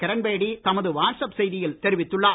கிரண்பேடி தமது வாட்ஸ்அப் செய்தியில் தெரிவித்துள்ளார்